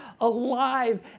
alive